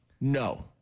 no